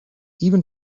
even